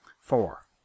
Four